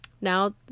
now